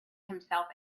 himself